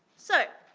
so,